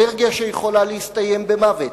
אלרגיה שיכולה להסתיים במוות.